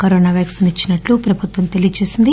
corona vaccine ఇచ్చినట్లు ప్రభుత్వం తెలియచేసింది